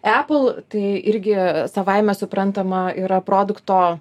apple tai irgi savaime suprantama yra produkto